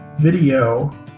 video